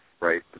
Right